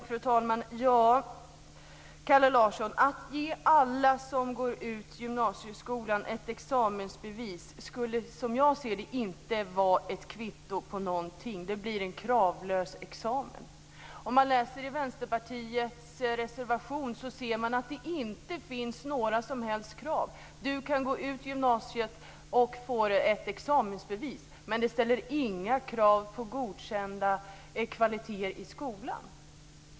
Fru talman! Att ge alla som går ut gymnasieskolan ett examensbevis skulle, som jag ser det, inte vara ett kvitto på någonting. Det blir en kravlös examen. Man kan läsa i Vänsterpartiets reservation att det inte finns några som helst krav. Du kan gå ut gymnasiet och få ett examensbevis, men det ställs inga krav på godkända kvaliteter i skolan.